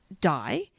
die